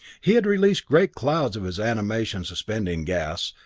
he had released great clouds of his animation suspending gas.